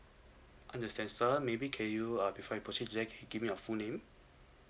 understand sir maybe can you uh before I proceed can I get give me your full name